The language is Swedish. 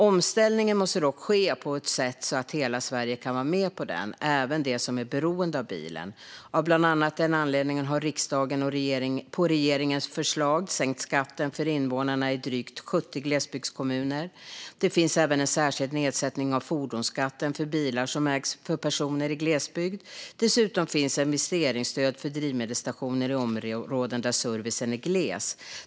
Omställningen måste dock ske på ett sätt som gör att hela Sverige kan vara med på den, även de som är beroende av bilen. Av bland annat den anledningen har riksdagen på regeringens förslag sänkt skatten för invånarna i drygt 70 glesbygdskommuner. Det finns även en särskild nedsättning av fordonsskatten för bilar som ägs av personer i glesbygd. Dessutom finns investeringsstöd för drivmedelsstationer i områden där servicen är gles.